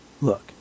look